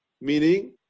Meaning